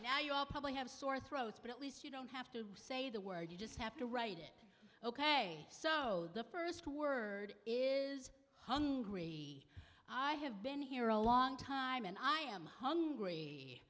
now you all probably have sore throats but at least you don't have to say the word you just have to write it ok so the first word is hungry i have been here a long time and i am hungry